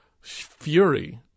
fury